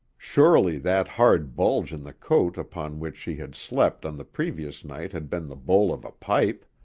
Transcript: surely that hard bulge in the coat upon which she had slept on the previous night had been the bowl of a pipe!